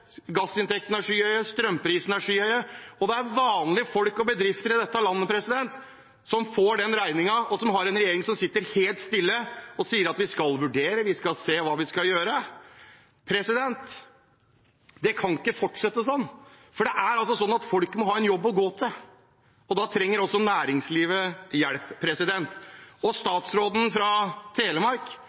gassinntektene er skyhøye, og strømprisene er skyhøye. Det er vanlige folk og bedrifter i dette landet som får den regningen, og som har en regjering som sitter helt stille og sier at de skal vurdere, de skal se hva de skal gjøre. Det kan ikke fortsette sånn, for det er altså sånn at folk må ha en jobb å gå til, og da trenger også næringslivet hjelp. Statsråden fra Telemark